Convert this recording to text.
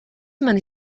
mani